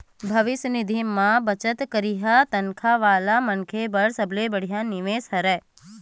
भविस्य निधि म बचत करई ह तनखा वाला मनखे बर सबले बड़िहा निवेस हरय